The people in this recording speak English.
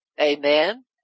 Amen